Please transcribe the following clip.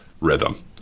rhythm